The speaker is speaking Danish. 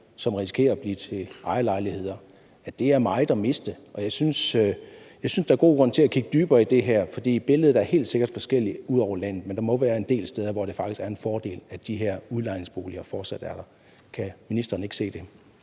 en risiko for bliver til ejerlejligheder, er meget at miste, og jeg synes, der er god grund til at kigge dybere i det her, for billedet er helt sikkert forskelligt ud over landet. Men der må være en del steder, hvor det faktisk er en fordel, at de her udlejningsboliger fortsat er der. Kan ministeren ikke se det?